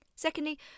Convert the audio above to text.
Secondly